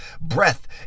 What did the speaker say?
breath